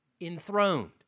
Enthroned